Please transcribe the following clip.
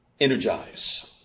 Energize